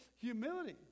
humility